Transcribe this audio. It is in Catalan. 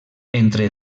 entre